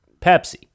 Pepsi